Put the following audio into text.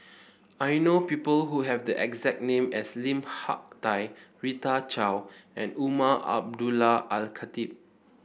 I know people who have the exact name as Lim Hak Tai Rita Chao and Umar Abdullah Al Khatib